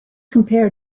compare